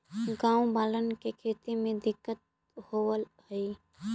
गाँव वालन के खेती में दिक्कत होवऽ हई